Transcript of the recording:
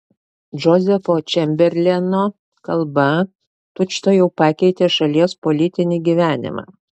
džozefo čemberleno kalba tučtuojau pakeitė šalies politinį gyvenimą